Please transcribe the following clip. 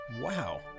Wow